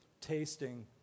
tasting